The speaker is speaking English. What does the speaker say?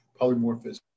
polymorphism